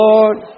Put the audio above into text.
Lord